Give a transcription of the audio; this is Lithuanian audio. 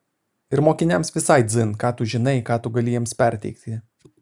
ir mokiniams visai dzin ką tu žinai ką tu gali jiems perteikti